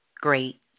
great